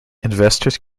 investors